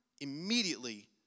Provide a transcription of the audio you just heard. immediately